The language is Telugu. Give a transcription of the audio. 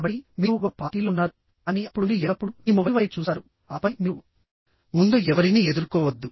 కాబట్టి మీరు ఒక పార్టీలో ఉన్నారు కానీ అప్పుడు మీరు ఎల్లప్పుడూ మీ మొబైల్ వైపు చూస్తారు ఆపై మీరు ముందు ఎవరినీ ఎదుర్కోవద్దు